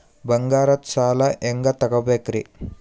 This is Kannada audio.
ಬಂಗಾರದ್ ಸಾಲ ಹೆಂಗ್ ತಗೊಬೇಕ್ರಿ?